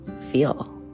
feel